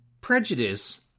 Prejudice